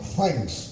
thanks